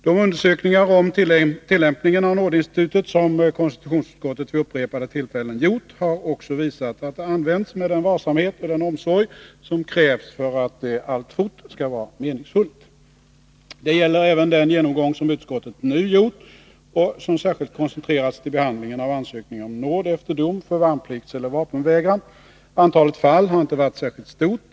De undersökningar om tillämpningen av nådeinstitutet som konstitutionsutskottet vid upprepade tillfällen gjort har också visat att det använts med den varsamhet och den omsorg som krävs för att det alltfort skall vara meningsfullt. Det gäller även den genomgång som utskottet nu gjort och som särskilt koncentrerats till behandlingen av ansökningar om nåd efter dom för värnpliktseller vapenvägran. Antalet fall har inte varit särskilt stort.